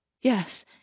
Yes